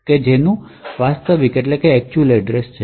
નું વાસ્તવિક સરનામું છે